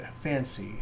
fancy